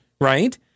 Right